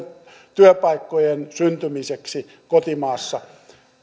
työpaikkojen syntymiseksi kotimaassa